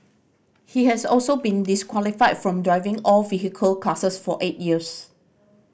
he has also been disqualified from driving all vehicle classes for eight years